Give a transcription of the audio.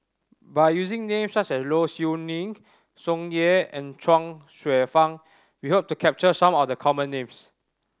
by using names such as Low Siew Nghee Tsung Yeh and Chuang Hsueh Fang we hope to capture some of the common names